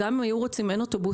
וגם אם הם היו רוצים אין אוטובוסים.